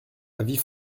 avis